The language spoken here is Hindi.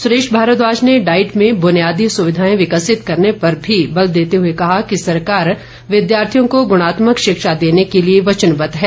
सुरेश भारद्वाज ने डाईट में बुनियादी सुविधाएं विकसित करने पर भी बल देते हुए कहा कि सरकार विद्यार्थियों को गुणात्मक शिक्षा देने के लिए वचनबद्ध है